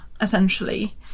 essentially